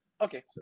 okay